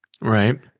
right